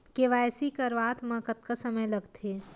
KYC करवात म कतका समय लगथे?